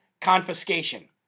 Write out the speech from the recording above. confiscation